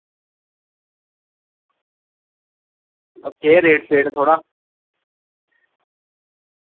केह् रेट शेट थोआड़ा